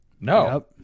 no